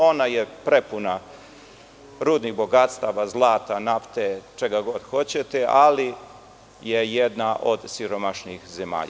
Ona je prepuna rudnih bogatstava, zlata, nafte, čega god hoćete, ali je jedna od siromašnijih zemalja.